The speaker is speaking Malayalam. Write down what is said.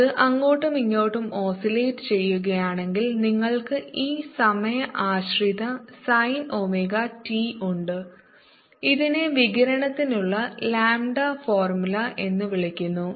അത് അങ്ങോട്ടും ഇങ്ങോട്ടും ഓസിലേറ്റ് ചെയ്യുകയാണെങ്കിൽ നിങ്ങൾക്ക് ഈ സമയ ആശ്രിത സൈൻ ഒമേഗ ടി ഉണ്ട് ഇതിനെ വികിരണത്തിനുള്ള ലാംഡ ഫോർമുല എന്ന് വിളിക്കുന്നു